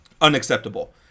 unacceptable